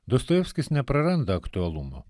dostojevskis nepraranda aktualumo